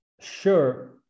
Sure